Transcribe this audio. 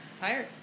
Tired